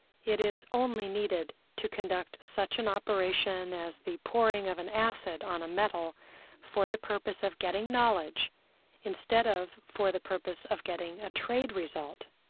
it is only needed to conduct such an operation as the pouring of an acid on a metal for the purpose of getting knowledge instead of for the purpose of getting a trade result,